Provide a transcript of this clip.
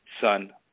son